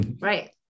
Right